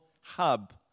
hub